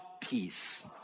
peace